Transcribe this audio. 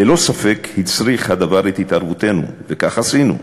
ללא ספק הצריך הדבר את התערבותנו, וכך עשינו.